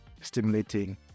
stimulating